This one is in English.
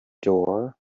door